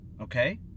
okay